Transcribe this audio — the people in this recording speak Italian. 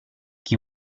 chi